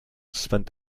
spend